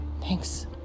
Thanks